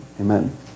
Amen